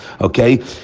okay